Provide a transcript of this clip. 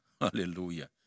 Hallelujah